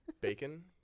Bacon